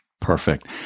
Perfect